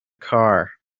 car